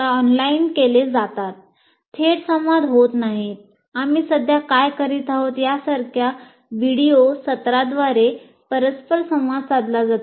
online courses सत्राद्वारे परस्पर संवाद साधला जातो